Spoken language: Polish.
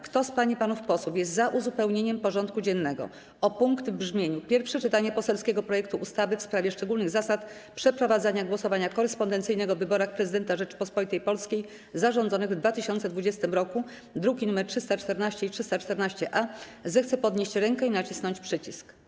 Kto z pań i panów posłów jest za uzupełnieniem porządku dziennego o punkt w brzmieniu: Pierwsze czytanie poselskiego projektu ustawy w sprawie szczególnych zasad przeprowadzania głosowania korespondencyjnego w wyborach Prezydenta Rzeczypospolitej Polskiej zarządzonych w 2020 r., druki nr 314 i 314-A, zechce podnieść rękę i nacisnąć przycisk.